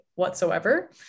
whatsoever